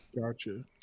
gotcha